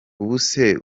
ubuse